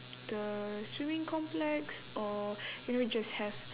the swimming complex or you know just have